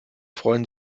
freuen